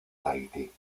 tahití